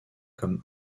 comme